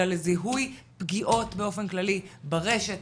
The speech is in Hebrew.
אלא לזיהוי פגיעות באופן כללי ברשת,